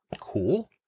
Cool